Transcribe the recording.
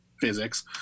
physics